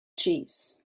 cheese